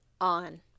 on